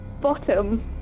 Bottom